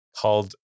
called